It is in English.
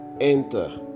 enter